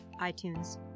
iTunes